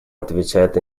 отвечает